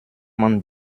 man